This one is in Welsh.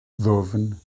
ddwfn